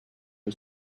was